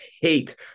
hate